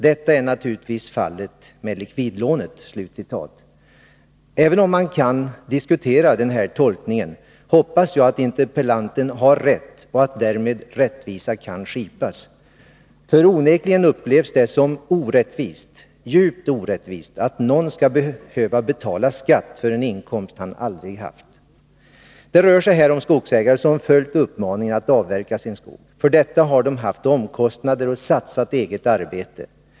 Detta är naturligtvis fallet när det gäller likvidlånen.” Även om man kan diskutera den här tolkningen hoppas jag att interpellanten har rätt och att därmed rättvisa kan skipas. För onekligen upplevs det som orättvist, djupt orättvist, att någon skall behöva betala skatt för en inkomst han aldrig haft. Det rör sig här om skogsägare som följt uppmaningen att avverka sin skog. För detta har de haft omkostnader och satsat eget arbete.